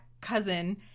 cousin